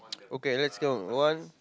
okay let's count one